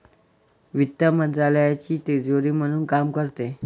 वित्त मंत्रालयाची तिजोरी म्हणून काम करते